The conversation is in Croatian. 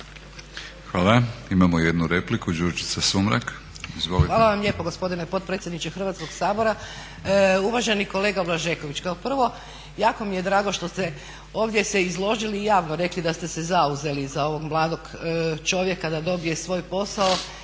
Sumrak. Izvolite. **Sumrak, Đurđica (HDZ)** Hvala vam lijepo gospodine potpredsjedniče Hrvatskoga sabora. Uvaženi kolega Blažeković, kao prvo jako mi je drago što ste ovdje se izložili i javno rekli da ste se zauzeli za ovog mladog čovjeka da dobije svoj posao